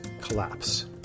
collapse